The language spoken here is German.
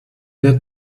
der